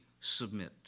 submit